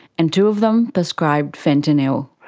and two of them prescribed fentanyl.